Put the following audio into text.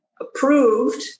approved